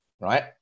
right